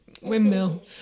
windmill